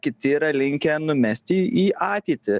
kiti yra linkę numesti į ateitį